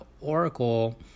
Oracle